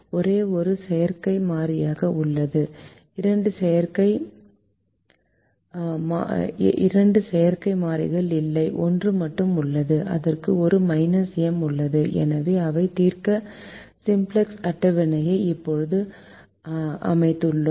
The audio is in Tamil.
ஒரே ஒரு செயற்கை மாறி உள்ளது இரண்டு செயற்கை மாறிகள் இல்லை ஒன்று மட்டுமே உள்ளது அதற்கு ஒரு M உள்ளது எனவே இதை தீர்க்க சிம்ப்ளக்ஸ் அட்டவணையை இப்போது அமைத்துள்ளோம்